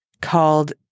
called